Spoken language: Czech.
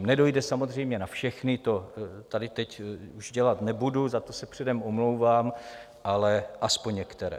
Nedojde samozřejmě na všechny, to tady teď už dělat nebudu, za to se předem omlouvám, ale aspoň některé.